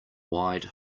wide